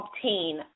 obtain